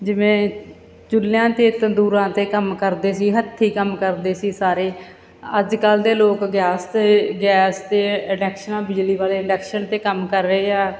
ਜਿਵੇਂ ਚੁੱਲ੍ਹਿਆਂ ਅਤੇ ਤੰਦੂਰਾਂ 'ਤੇ ਕੰਮ ਕਰਦੇ ਸੀ ਹੱਥੀਂ ਕੰਮ ਕਰਦੇ ਸੀ ਸਾਰੇ ਅੱਜ ਕੱਲ੍ਹ ਦੇ ਲੋਕ ਗੈਸ 'ਤੇ ਗੈਸ ਅਤੇ ਇੰਡਕਸ਼ਨਾਂ ਬਿਜਲੀ ਵਾਲੇ ਇੰਡਕਸ਼ਨ 'ਤੇ ਕੰਮ ਕਰ ਰਹੇ ਆ